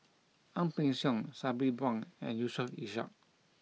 Ang Peng Siong Sabri Buang and Yusof Ishak